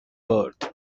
birth